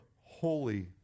holy